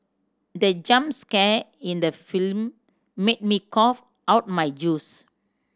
the jump scare in the film made me cough out my juice